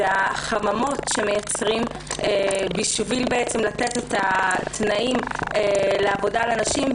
זה החממות שמייצרים בשביל לתת תנאים לעבודה לנשים,